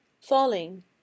falling